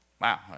Wow